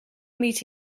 meet